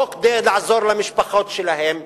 לא כדי לעזור למשפחות שלהם,